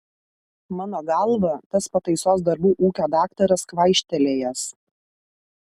mano galva tas pataisos darbų ūkio daktaras kvaištelėjęs